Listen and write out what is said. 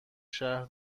شهر